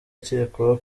akekwaho